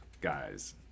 guys